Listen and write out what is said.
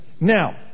Now